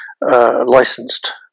licensed